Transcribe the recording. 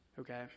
okay